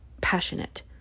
passionate